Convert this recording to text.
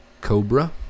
Cobra